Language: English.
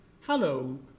Hello